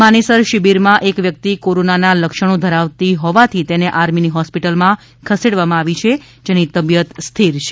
માનેસર શિબિરમાં એક વ્યક્તિ કોરોનાનાં લક્ષણો ધરાવતી હોવાથી તેને આર્મીની હોસ્પિટલમાં ખસેડવામાં આવી છે જેની તબિયત સ્થિર છે